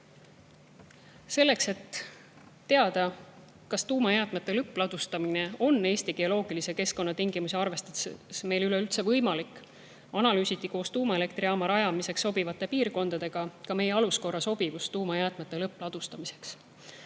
Selleks, et teada, kas tuumajäätmete lõppladustamine on Eesti geoloogilise keskkonna tingimusi arvestades meil üleüldse võimalik, analüüsiti koos tuumaelektrijaama rajamiseks sobivate piirkondadega meie aluskorra sobivust tuumajäätmete lõppladustamiseks.